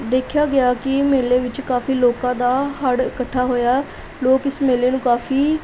ਦੇਖਿਆ ਗਿਆ ਕਿ ਮੇਲੇ ਵਿੱਚ ਕਾਫੀ ਲੋਕਾਂ ਦਾ ਹੜ ਇਕੱਠਾ ਹੋਇਆ ਲੋਕ ਇਸ ਮੇਲੇ ਨੂੰ ਕਾਫੀ